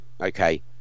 okay